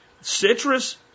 Citrus